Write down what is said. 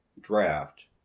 draft